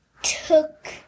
took